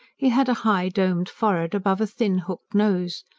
he had a high, domed forehead, above a thin, hooked nose.